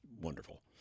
wonderful